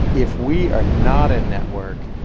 if we are not in network,